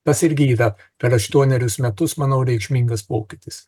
tas irgi yra per aštuonerius metus manau reikšmingas pokytis